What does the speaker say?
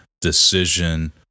decision